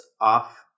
off